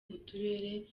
uturere